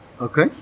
Okay